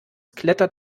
klettert